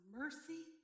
mercy